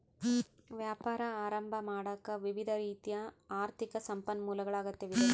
ವ್ಯಾಪಾರ ಆರಂಭ ಮಾಡಾಕ ವಿವಿಧ ರೀತಿಯ ಆರ್ಥಿಕ ಸಂಪನ್ಮೂಲಗಳ ಅಗತ್ಯವಿದೆ